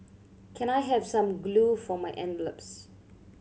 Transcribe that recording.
can I have some glue for my envelopes